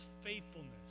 faithfulness